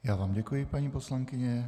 Já vám děkuji, paní poslankyně.